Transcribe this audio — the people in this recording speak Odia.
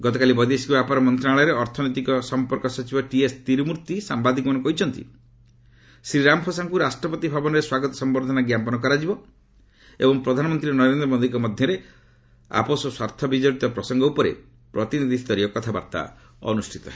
ଗତକାଲି ବୈଦେଶିକ ବ୍ୟାପାର ମନ୍ତ୍ରଣାଳୟରେ ଅର୍ଥନୈତିକ ସମ୍ପର୍କ ସଚିବ ଟିଏସ୍ ତୀରୁମୂର୍ତ୍ତି ସାମ୍ବାଦିକମାନଙ୍କୁ କହିଛନ୍ତି ଶ୍ରୀ ରାମଫୋସାଙ୍କୁ ରାଷ୍ଟ୍ରପତି ଭବନରେ ସ୍ୱାଗତ ସମ୍ଭର୍ଦ୍ଧନା ଜ୍ଞାପନ କରାଯିବ ଏବଂ ପ୍ରଧାନମନ୍ତ୍ରୀ ନରେନ୍ଦ୍ର ମୋଦିଙ୍କ ମଧ୍ୟରେ ଆପୋଷ ସ୍ୱାର୍ଥ ବିଜଡ଼ିତ ପ୍ରସଙ୍ଗ ଉପରେ ପ୍ରତିନିଧି ସ୍ତରୀୟ କଥାବାର୍ତ୍ତା ହେବ